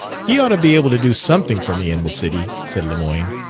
he ought to be able to do something for me in the city, said lemoyne.